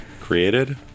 Created